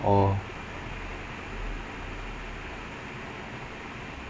the ronaldo sells more jersey than like entire women like